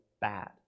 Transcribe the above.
bad